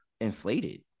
inflated